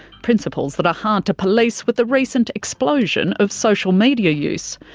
principles that are hard to police with the recent explosion of social media use.